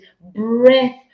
breath